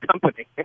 company